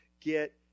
get